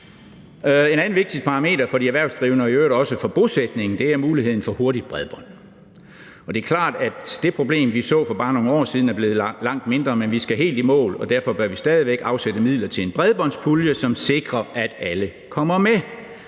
En anden vigtig parameter for de erhvervsdrivende og i øvrigt også for bosætningen er muligheden for hurtigt bredbånd. Det er klart, at det problem, vi så for bare nogle år siden, er blevet langt mindre, men vi skal helt i mål, og derfor bør vi stadig væk afsætte midler til en bredbåndspulje, som sikrer, at alle kommer med.